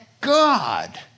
God